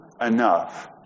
enough